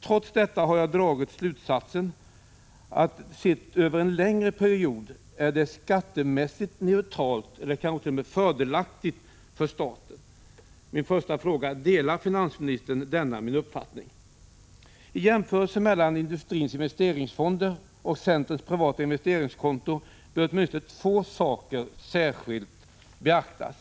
Trots detta har jag dragit slutsatsen att det, sett över en längre period, är skattemässigt neutralt eller kanske t.o.m. fördelaktigt för staten. Min första fråga blir: Delar finansministern denna min uppfattning? Vid en jämförelse mellan industrins investeringsfonder och centerns förslag till privata investeringskonton bör åtminstone två saker särskilt beaktas.